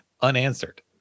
unanswered